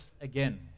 again